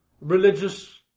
religious